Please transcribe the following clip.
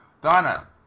Donna